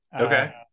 Okay